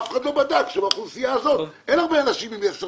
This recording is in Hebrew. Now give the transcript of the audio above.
אף אחד לא בדק שבאוכלוסייה הזאת אין הרבה אנשים עם ותק